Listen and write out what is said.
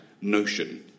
notion